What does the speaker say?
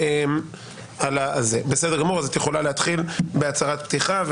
את יכולה להתחיל בהצהרת פתיחה.